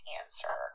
answer